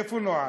איפה נועה?